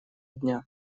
дня